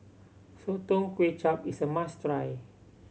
Sotong Char Kway is a must try